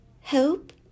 hope